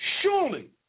Surely